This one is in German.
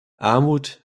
armut